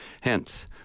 Hence